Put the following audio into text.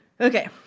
Okay